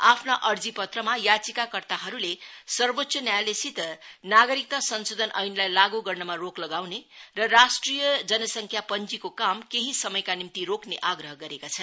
आफ्ना अर्जीपत्रमा याचिका कर्ताहरूले सर्वोच्च न्यायालयसित नागरिकता संसोधन एनलाई लागू गर्नमा रोक लगाउने र राष्ट्रिय जनसख्या पंजीको काम केही समयका निम्ति रोक्ने आग्रह गरेका छन्